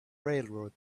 railroad